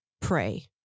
pray